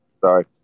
Sorry